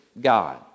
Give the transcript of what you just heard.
God